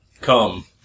come